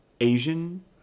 Asian